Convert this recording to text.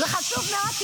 זה חשוב מאוד,